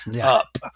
up